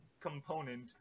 Component